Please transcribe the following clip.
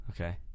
Okay